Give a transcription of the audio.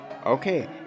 Okay